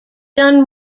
done